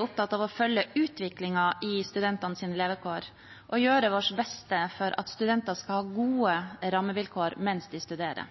opptatt av å følge utviklingen i studentenes levekår og gjøre vårt beste for at de skal ha gode rammevilkår mens de studerer.